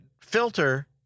filter